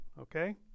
Okay